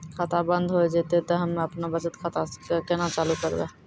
खाता बंद हो जैतै तऽ हम्मे आपनौ बचत खाता कऽ केना चालू करवै?